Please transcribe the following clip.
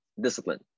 Discipline